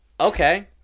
Okay